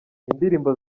indirimbo